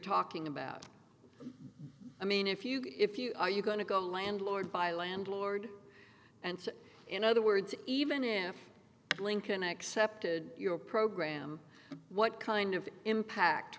talking about i mean if you can if you are you going to go landlord by landlord and in other words even if lincoln accepted your program what kind of impact